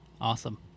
Awesome